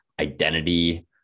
identity